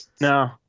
No